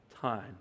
time